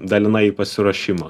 dalinai į pasiruošimą